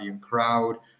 crowd